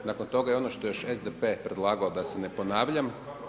Nakon toga i ono što je još SDP predlagao da se ne ponavljam.